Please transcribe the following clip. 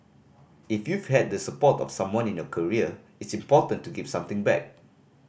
if you've had the support of someone in your career it's important to give something back